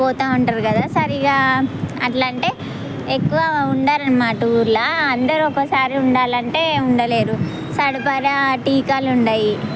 పోతా ఉంటారు కదా సరిగా అలా అంటే ఎక్కువ ఉండరు అన్నమాట ఊళ్ళో అందరు ఒకసారి ఉండాలంటే ఉండలేరు సరిపడా టీకాలు ఉండవు